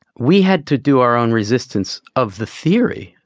we had to do our own resistance of the theory.